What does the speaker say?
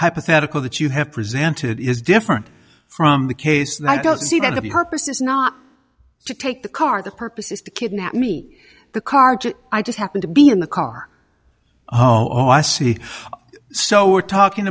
hypothetical that you have presented is different from the case that i don't see that the purpose is not to take the car the purpose is to kidnap me the car to i just happen to be in the car oh i see so we're talking